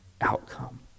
outcome